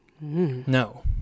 no